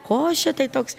košė tai toks